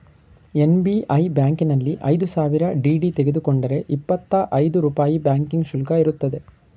SBI ಬ್ಯಾಂಕಿನಲ್ಲಿ ಐದು ಸಾವಿರ ಡಿ.ಡಿ ತೆಗೆದುಕೊಂಡರೆ ಇಪ್ಪತ್ತಾ ಐದು ರೂಪಾಯಿ ಬ್ಯಾಂಕಿಂಗ್ ಶುಲ್ಕ ಇರುತ್ತದೆ